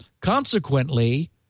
Consequently